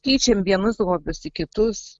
keičiam vienus hobius į kitus